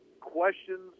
questions